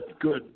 good